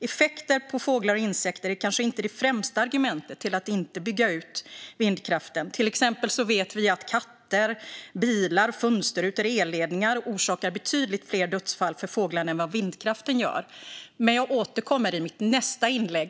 Effekter på fåglar och insekter är kanske inte det främsta argumentet till att inte bygga ut vindkraften. Vi vet till exempel att katter, bilar, fönsterrutor och elledningar orsakar betydligt fler dödsfall för fåglar än vad vindkraften gör. Jag återkommer i mitt nästa inlägg.